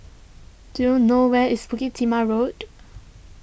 do you know where is Bukit Timah Road